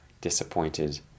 disappointed